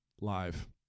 live